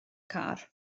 car